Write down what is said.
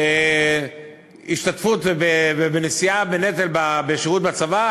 השתתפות ונשיאה בנטל בשירות בצבא,